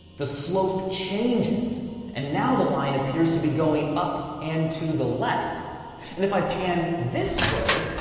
the slope changes and now the line appears to be going up and to the left. and if i panned this way,